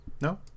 No